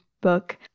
book